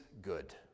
good